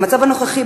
במצב הנוכחי,